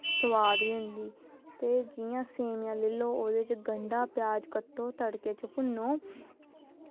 सोआद बी होंदी ते जिया सेमियां लेई लैओ ओह्दे च गंडा प्याज़ लेई लैओ ते तड़के च भुन्नो